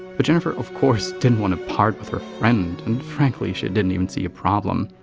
but jennifer, of course, didn't wanna part with her friend, and frankly, she didn't um and see a problem.